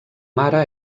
mare